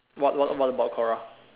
what what what about Quora